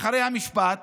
אחרי המשפט